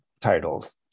titles